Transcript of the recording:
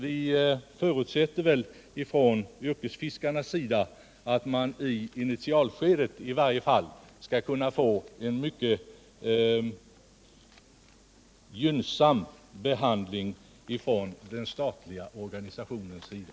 Vi förutsätter att yrkesfiskarna, i varje fall i initialskedet, skall kunna vänta sig en gynnsam behandling från den statliga Organisationens sida.